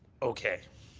okay.